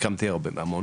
החכמתי המון